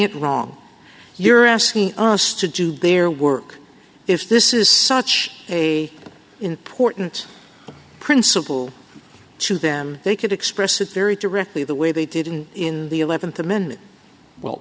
it wrong you're asking us to do their work if this is such a important principle to them they could express it very directly the way they did and in the eleventh amendment well